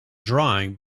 drawing